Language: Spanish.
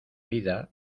vida